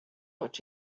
what